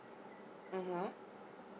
(uh huh)